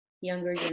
younger